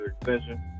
extension